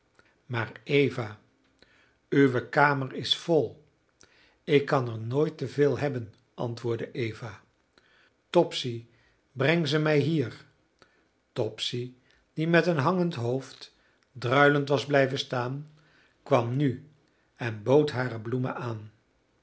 maar eva uwe kamer is vol ik kan er nooit te veel hebben antwoordde eva topsy breng ze mij hier topsy die met een hangend hoofd druilend was blijven staan kwam nu en bood hare bloemen aan